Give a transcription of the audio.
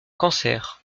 cancer